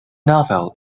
novel